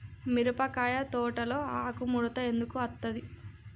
మిరపకాయ తోటలో ఆకు ముడత ఎందుకు అత్తది?